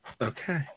Okay